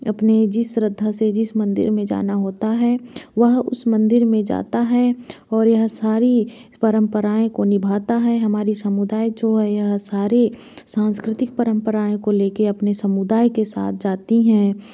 अपने जिस श्रद्धा से जिस मंदिर में जाना होता है वह उस मंदिर में जाता है और यह सारी परंपराएं को निभाता है हमारी समुदाय जो है यह सारी सांस्कृतिक परंपराओं को लेके अपने समुदाय के साथ जाती हैं